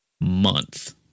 month